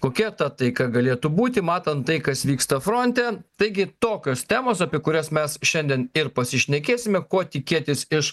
kokia ta taika galėtų būti matant tai kas vyksta fronte taigi tokios temos apie kurias mes šiandien ir pasišnekėsime ko tikėtis iš